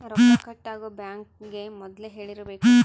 ರೊಕ್ಕ ಕಟ್ ಆಗೋ ಬ್ಯಾಂಕ್ ಗೇ ಮೊದ್ಲೇ ಹೇಳಿರಬೇಕು